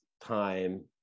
time